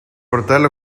portal